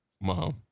mom